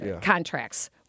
contracts